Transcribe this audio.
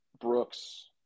Brooks